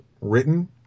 written